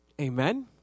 Amen